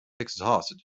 exhausted